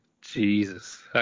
Jesus